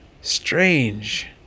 strange